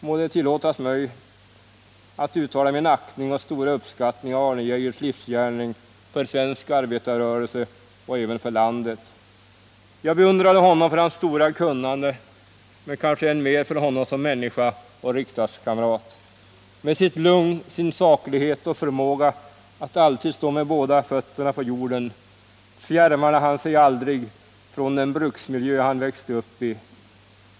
Må det tillåtas mig att uttala min aktning och stora uppskattning av Arne Geijers livsgärning för svensk arbetarrörelse och även för landet. Jag beundrade honom för hans stora kunnande men kanske än mer såsom människa och riksdagskamrat. Med sitt lugn, sin saklighet och sin förmåga att alltid stå med båda fötterna på jorden fjärmade han sig aldrig från den bruksmiljö han växte upp i.